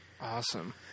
Awesome